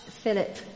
Philip